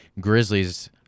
Grizzlies